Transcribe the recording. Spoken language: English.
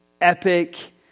epic